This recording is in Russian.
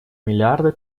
миллиарда